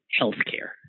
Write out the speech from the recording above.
healthcare